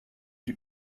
die